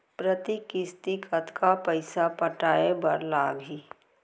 प्रति किस्ती कतका पइसा पटाये बर लागही?